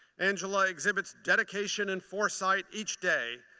angela exhibits dedication and foresight each day,